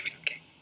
okay